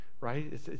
right